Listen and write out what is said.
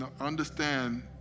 Understand